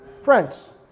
Friends